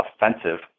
offensive